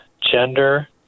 gender